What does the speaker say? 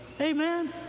Amen